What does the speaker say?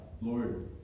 Lord